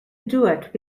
duet